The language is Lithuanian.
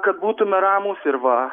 kad būtume ramūs ir va